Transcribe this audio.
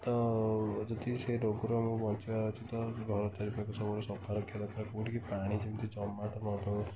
ତ ଯଦି ସେ ରୋଗରୁ ଆମକୁ ବଞ୍ଚିବାର ଅଛି ତ ଘର ଚାରି ପାଖ ସବୁବେଳେ ସଫା ରଖିବା ଦରକାର କେଉଁଠି କି ପାଣି ଯେମିତି ଜମାଟ ନ ରହେ